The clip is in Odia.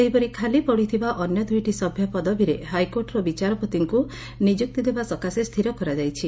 ସେହିପରି ଖାଲି ପଡ଼ିଥିବା ଅନ୍ୟ ଦୁଇଟି ସଭ୍ୟ ପଦବୀରେ ହାଇକୋର୍ଟର ବିଚାରପତିଙ୍କୁ ନିଯୁକ୍ତି ଦେବା ସକାଶେ ସ୍ଥିର କରାଯାଇଛି